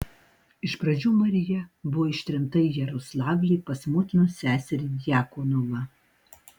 iš pradžių marija buvo ištremta į jaroslavlį pas motinos seserį djakonovą